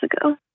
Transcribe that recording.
ago